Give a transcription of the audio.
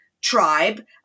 tribe